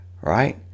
right